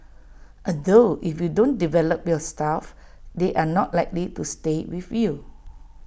although if you don't develop your staff they are not likely to stay with you